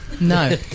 No